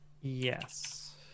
Yes